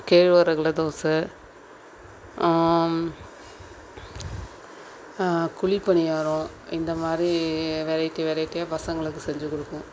கேழ்வரகில் தோசை குழிப் பணியாரம் இந்த மாதிரி வெரைட்டி வெரைட்டியாக பசங்களுக்கு செஞ்சுக் கொடுப்போம்